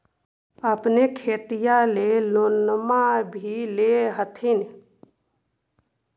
अपने खेतिया ले लोनमा भी ले होत्थिन?